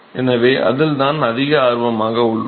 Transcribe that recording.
எனவே அதில்தான் அதிக ஆர்வமாக உள்ளோம்